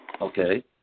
Okay